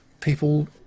people